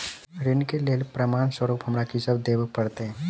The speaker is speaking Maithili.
ऋण केँ लेल प्रमाण स्वरूप हमरा की सब देब पड़तय?